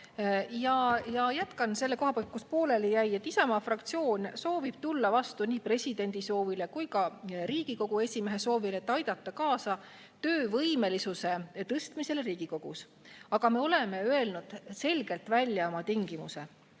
Jätkan selle koha pealt, kus pooleli jäi. Isamaa fraktsioon soovib tulla vastu nii presidendi soovile kui ka Riigikogu esimehe soovile, et aidata kaasa töövõimelisuse tõstmisele Riigikogus. Aga me oleme öelnud selgelt välja oma tingimuse: